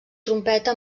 trompeta